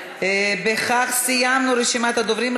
בכך סיימנו את רשימת הדוברים,